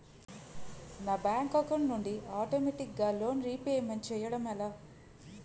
నా bank account నుండి ఆటోమేటిగ్గా లోన్ రీపేమెంట్ చేయడం ఎలా?